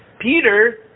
Peter